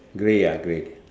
grey ah grey